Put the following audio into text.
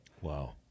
Wow